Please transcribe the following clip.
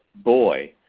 boy.